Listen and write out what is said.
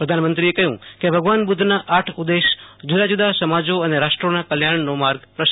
પ્રધાનમંત્રીએ કહયું કે ભગવાન બધ્ધના આઠ ઉદેશ જુદા જુદા સમાજો અને રાષ્ટ્રોના કલ્યાણનો માર્ગ પ્રશસ્ત કરે છે